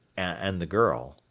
and the girl.